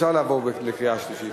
אפשר לעבור לקריאה שלישית?